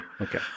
Okay